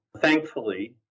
Thankfully